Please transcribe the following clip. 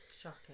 shocking